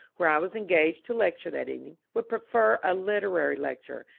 where i was engaged to lecture that evening, would prefer a literary lecture,